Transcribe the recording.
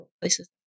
places